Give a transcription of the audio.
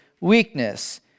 weakness